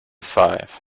five